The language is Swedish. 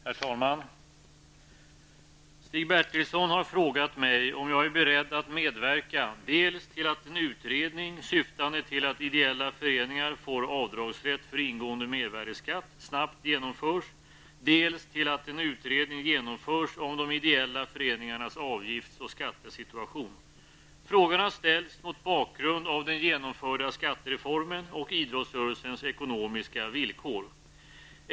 Herr talman! Stig Bertilsson har frågat mig om jag är beredd att medverka dels till att en utredning, syftande till att ideella föreningar får avdragsrätt för ingående mervärdeskatt, snabbt genomförs, dels till att en utredning genomförs om de ideella föreningarnas avgifts och skattesituation. Frågan har ställts mot bakgrund av den genomförda skattereformen och idrottsrörelsens ekonomiska villkor.